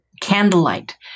Candlelight